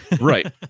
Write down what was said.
Right